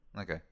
Okay